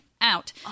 out